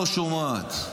ולא שומעת.